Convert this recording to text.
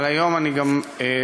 אבל היום אני גם טוען,